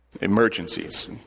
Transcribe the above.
Emergencies